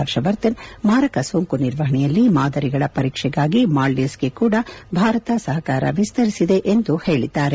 ಪರ್ಷವರ್ಧನ್ ಮಾರಕ ಸೋಂಕು ನಿರ್ವಹಣೆಯಲ್ಲಿ ಮಾದರಿಗಳ ಪರೀಕ್ಷೆಗಾಗಿ ಮಾಲ್ವೀವ್ಸೆಗೆ ಕೂಡಾ ಭಾರತ ಸಹಕಾರ ವಿಸ್ತರಿಸಿದೆ ಎಂದು ಹೇಳಿದ್ದಾರೆ